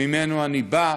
שממנו אני בא,